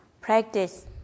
practice